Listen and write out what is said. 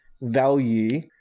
value